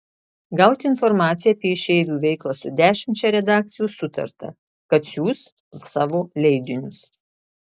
gauti informaciją apie išeivių veiklą su dešimčia redakcijų sutarta kad siųs savo leidinius